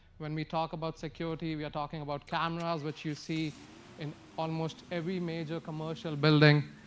when we talk about security, we are talking about cameras, which you see in almost every major commercial building,